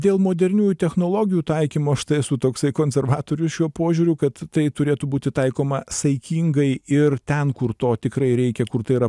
dėl moderniųjų technologijų taikymo aš tai esu toksai konservatorius šiuo požiūriu kad tai turėtų būti taikoma saikingai ir ten kur to tikrai reikia kur tai yra